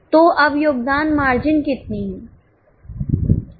तो अब योगदानमार्जिनकितनी है